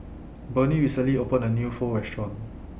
Bernie recently opened A New Pho Restaurant